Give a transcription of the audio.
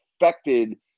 affected